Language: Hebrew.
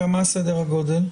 מה סדר הגודל?